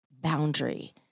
boundary